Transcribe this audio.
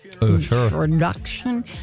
introduction